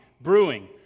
Brewing